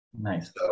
Nice